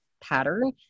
pattern